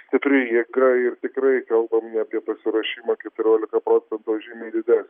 stipri jėga ir tikrai kalbam ne apie pasiruošimą keturiolika procentų o žymiai didesnį